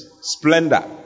splendor